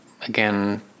again